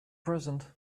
present